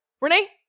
Renee